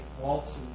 Waltz